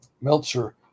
Meltzer